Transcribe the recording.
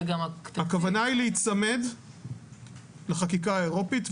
להיצמד לחקיקה האירופאית.